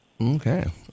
Okay